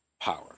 power